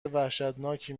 وحشتناکی